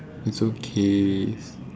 it's okays